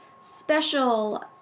special